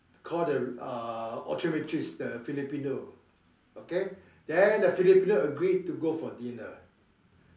call the uh optometrist the Filipino okay then the Filipino agreed to go for dinner